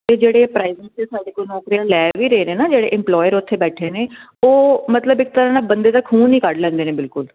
ਤੇ ਜਿਹੜੇ ਪ੍ਰਾਈਵੇਟ ਸਾਡੇ ਕੋਲ ਨੌਕਰੀਆਂ ਲੈ ਵੀ ਰਹੇ ਨੇ ਨਾ ਜਿਹੜੇ ਇੰਮਪਲੋਇਰ ਉਥੇ ਬੈਠੇ ਨੇ ਉਹ ਮਤਲਬ ਇੱਕ ਤਰ੍ਹਾਂ ਨਾਲ ਬੰਦੇ ਦਾ ਖੂਨ ਈ ਕੱਢ ਲੈਂਦੇ ਨੇ ਬਿਲਕੁਲ